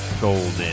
golden